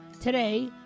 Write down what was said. Today